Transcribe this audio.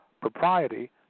propriety